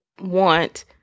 want